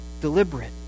Deliberate